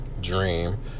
dream